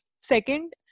second